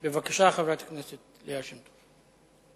בבקשה, חברת הכנסת ליה שמטוב.